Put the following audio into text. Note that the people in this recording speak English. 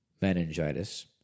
meningitis